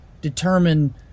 determine